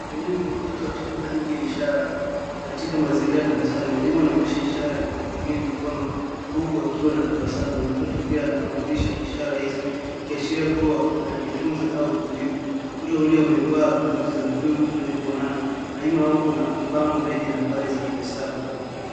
Mwalimu na mtoto wakitumia lugha ya ishara katika mazingira ya darasani. Mwalimu anaoneysha ishara kwa kutumia ikono huku akiwa anatabasamu na mtoto pia anaurudisha ishara hizo ikiashiria kuwa anajifunza au kujibu. Wote wawili wamevaa blauzi za buluu zenye kufanana na nyuma yao kuna bango lenye nambari za kuhesabu.